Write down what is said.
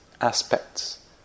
aspects